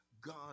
God